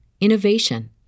innovation